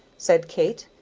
said kate.